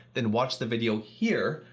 then watch the video here,